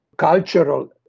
cultural